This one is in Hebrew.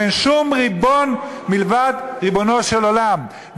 ואין שום ריבון מלבד ריבונו של עולם.